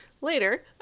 later